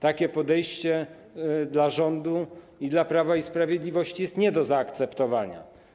Takie podejście dla rządu i dla Prawa i Sprawiedliwości jest nie do zaakceptowania.